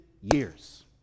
years